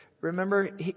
Remember